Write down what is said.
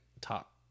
top